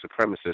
supremacists